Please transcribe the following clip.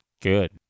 good